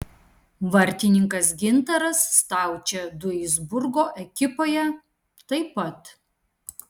vartininkas gintaras staučė duisburgo ekipoje taip pat